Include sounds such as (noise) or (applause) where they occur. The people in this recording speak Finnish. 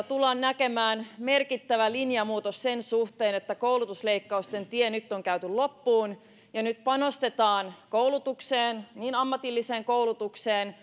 (unintelligible) tullaan näkemään merkittävä linjamuutos sen suhteen että koulutusleikkausten tie on nyt käyty loppuun ja nyt panostetaan koulutukseen niin ammatilliseen koulutukseen (unintelligible)